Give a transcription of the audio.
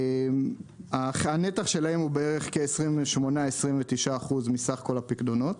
הנתח שלהם הוא בערך כ-29%-28% מסך כל הפיקדונות.